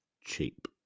cheap